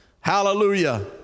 Hallelujah